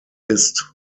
ist